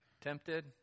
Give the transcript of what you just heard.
tempted